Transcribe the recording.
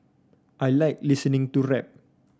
I like listening to rap